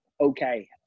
okay